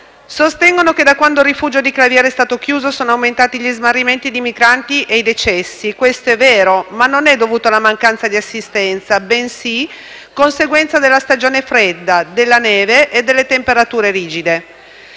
Sostengono che, da quando il rifugio di Claviere è stato chiuso, sono aumentati gli smarrimenti di migranti e i decessi. Questo è vero, ma non è dovuto alla mancanza di assistenza, bensì è conseguenza della stagione fredda, della neve e delle temperature rigide.